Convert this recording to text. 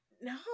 No